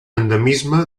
endemisme